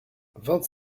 vingt